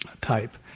type